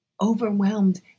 Overwhelmed